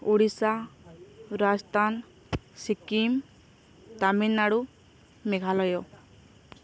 ଓଡ଼ିଶା ରାଜସ୍ଥାନ ସିକ୍କିମି ତାମିଲନାଡ଼ୁ ମେଘାଳୟ